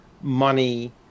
money